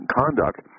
conduct